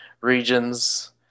regions